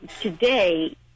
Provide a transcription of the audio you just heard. today